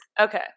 Okay